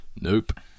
Nope